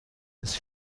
des